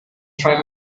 three